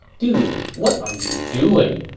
dude, what are you doing?